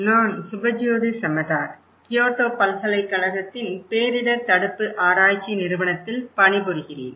நான் சுபஜ்யோதி சமதார் கியோட்டோ பல்கலைக்கழகத்தின் பேரிடர் தடுப்பு ஆராய்ச்சி நிறுவனத்தில் பணிபுரிகிறேன்